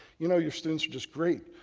you know your students are just great.